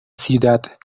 ciudad